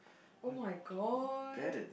[oh]-my-god